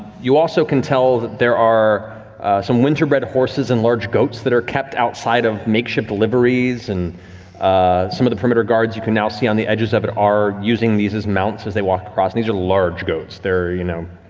you also can tell there there are some winterbred horses and large goats that are kept outside of makeshift liveries and ah some of the perimeter guards, you can now see on the edges of it, are using these as mounts as they walk across and these are large goats, they're, you know,